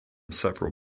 several